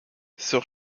sur